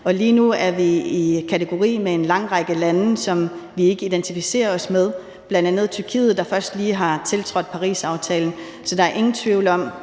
Lige nu er vi i kategori med en lang række lande, som vi ikke identificerer os med, bl.a. Tyrkiet, der først lige har tiltrådt Parisaftalen. Så der er ingen tvivl om,